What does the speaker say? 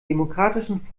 demokratischen